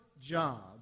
job